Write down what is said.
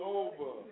over